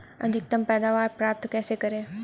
अधिकतम पैदावार प्राप्त कैसे करें?